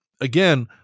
again